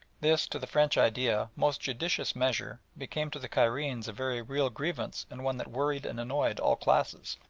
this, to the french idea, most judicious measure became to the cairenes a very real grievance and one that worried and annoyed all classes.